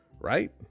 Right